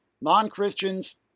non-Christians